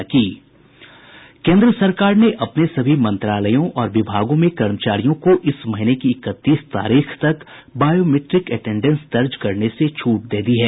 केन्द्र सरकार ने अपने सभी मंत्रालयों और विभागों में कर्मचारियों को इस महीने की इकतीस तारीख तक बायोमिट्रिक एटेंडेंस दर्ज करने से छूट दे दी है